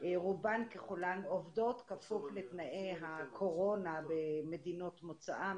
רובן ככולן עובדות כפוף לתנאי הקורונה במדינות מוצאן,